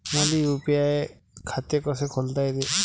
मले यू.पी.आय खातं कस खोलता येते?